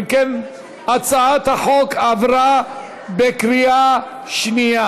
אם כן, הצעת החוק עברה בקריאה שנייה.